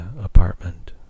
apartment